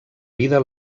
vida